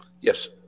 Yes